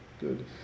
good